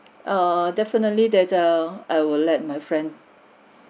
err definitely that err I will let my friend